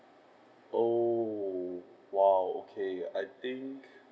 oh !wow! okay I think